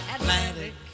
Atlantic